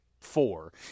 four